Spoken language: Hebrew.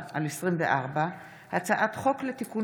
פ/3114/24 וכלה בהצעת חוק פ/3182/24: הצעת חוק לתיקון